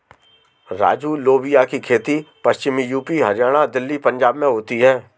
राजू लोबिया की खेती पश्चिमी यूपी, हरियाणा, दिल्ली, पंजाब में होती है